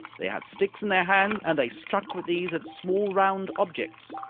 they had sticks in their hands and they struck with these at small round objects.